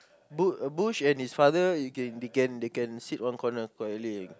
Bu~ Bush and his father they can they can they can sit one corner quietly